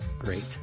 great